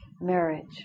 marriage